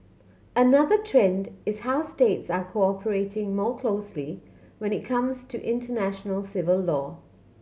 another trend is how states are cooperating more closely when it comes to international civil law